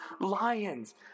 lions